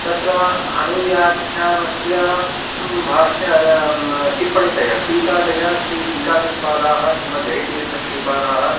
तत्र अणुव्याख्यानस्य भाष्यं टिप्पणीतया टीकातया श्रीटीकातत्पादाः श्री मज्जयतीर्थ श्रीपादाः